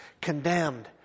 condemned